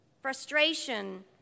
frustration